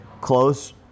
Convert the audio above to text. close